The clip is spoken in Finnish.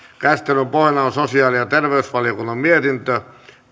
käsittelyn pohjana on sosiaali ja terveysvaliokunnan mietintö